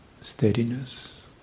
steadiness